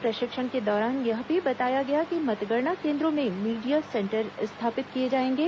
प्रशिक्षण के दौरान यह भी बताया गया कि मतगणना कोन्द्रों में मीडिया सेंटर स्थापित किए जाएंगे